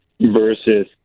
versus